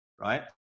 right